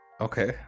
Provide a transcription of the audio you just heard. Okay